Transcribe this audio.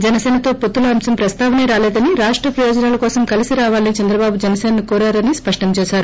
జనసేనతో పొత్తుల అంశం ప్రస్తావనే రాలేదని రాష్ట ప్రయోజనాల కోసం కలిసి రావాలని చంద్రబాబు జనసేనను కోరారని సృష్ణం చేసారు